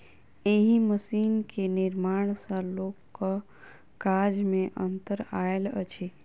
एहि मशीन के निर्माण सॅ लोकक काज मे अन्तर आयल अछि